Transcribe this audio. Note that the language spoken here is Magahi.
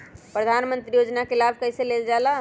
प्रधानमंत्री योजना कि लाभ कइसे लेलजाला?